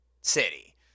city